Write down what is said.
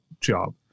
job